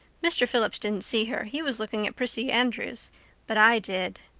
mr. phillips didn't see her he was looking at prissy andrews but i did.